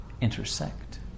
intersect